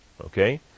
Okay